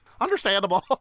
Understandable